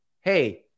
hey